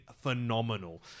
phenomenal